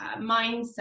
mindset